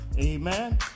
Amen